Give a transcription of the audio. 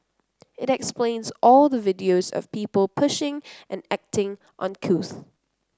it explains all the videos of people pushing and acting uncouth